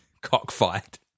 Cockfight